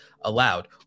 allowed